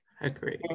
Agree